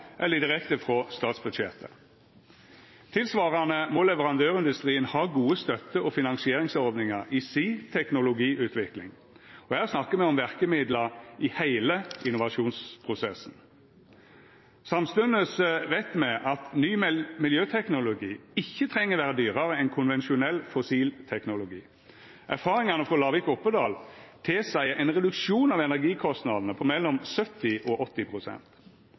eller direkte frå statsbudsjettet. Tilsvarande må leverandørindustrien ha gode støtte- og finansieringsordningar i si teknologiutvikling, og her snakkar me om verkemiddel i heile innovasjonsprosessen. Samstundes veit me at ny miljøteknologi ikkje treng vera dyrare enn konvensjonell fossil teknologi. Erfaringane frå Lavik–Oppedal tilseier ein reduksjon i energikostnadene på mellom 70 og